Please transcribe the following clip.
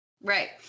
right